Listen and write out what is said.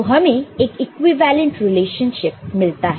तो हमें एक इक्विवेलेंट रिलेशनशिप मिलता है